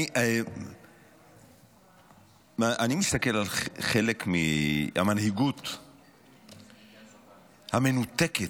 אני מסתכל על חלק מהמנהיגות המנותקת.